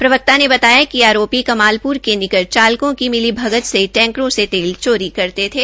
प्रवकता ने बताया कि आरोपी कमालप्र के निकट चालकों की मिली भगत से टैंकरों से तेल चोरी करते थे